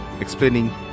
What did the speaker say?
explaining